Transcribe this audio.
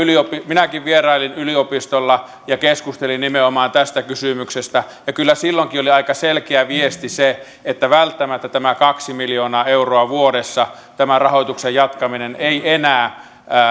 minäkin vierailin yliopistolla ja keskustelin nimenomaan tästä kysymyksestä ja kyllä silloinkin oli aika selkeä viesti se että välttämättä tämä kaksi miljoonaa euroa vuodessa tämän rahoituksen jatkaminen ei enää